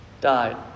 died